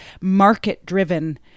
market-driven